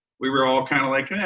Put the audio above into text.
we were all kind of like,